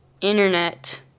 internet